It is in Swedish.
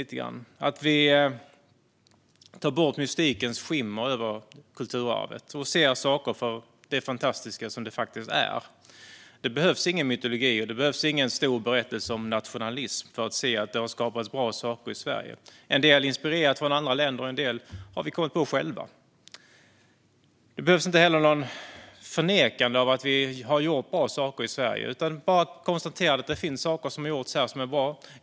Vi bör ta bort mystikens skimmer över kulturarvet och ser saker som det fantastiska som de faktiskt är. Det behövs ingen mytologi eller någon stor berättelse om nationalism för att se att bra saker har skapats i Sverige. En del har fått inspiration från andra länder, och en del har vi själva kommit på. Man behöver heller inte förneka att vi har gjort bra saker i Sverige. Det räcker med att konstatera att det finns bra saker som är gjorda här.